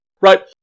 Right